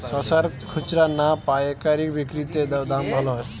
শশার খুচরা না পায়কারী বিক্রি তে দাম ভালো হয়?